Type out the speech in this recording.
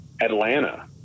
Atlanta